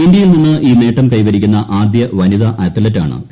ഇന്ത്യയിൽ നിന്ന് ഈ നേട്ടം കൈവരിക്കുന്ന ആദ്യ വനിതാ അത്ലറ്റാണ് പി